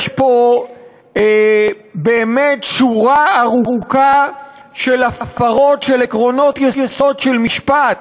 יש פה באמת שורה ארוכה של הפרות של עקרונות יסוד של משפט.